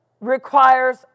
requires